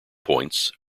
points